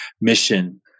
mission